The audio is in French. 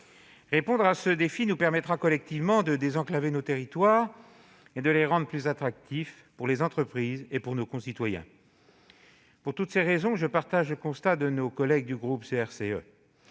Relever ce défi nous permettra collectivement de désenclaver nos territoires et de les rendre plus attractifs pour les entreprises et nos concitoyens. Pour toutes ces raisons, je partage le constat de nos collègues du groupe CRCE.